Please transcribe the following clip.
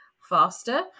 faster